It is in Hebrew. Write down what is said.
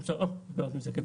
(באמצעות מצגת)